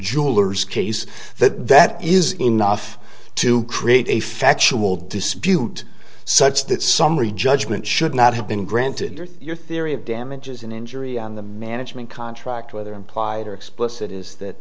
jewellers case that that is enough to create a factual dispute such that summary judgment should not have been granted your theory of damages an injury on the management contract whether implied or explicit is that